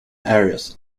areas